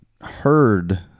heard